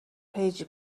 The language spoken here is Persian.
پیجی